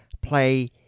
play